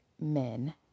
men